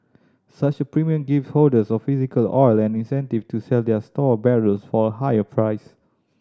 such a premium give holders of physical oil an incentive to sell their stored barrels for a higher price